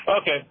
Okay